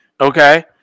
Okay